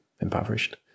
impoverished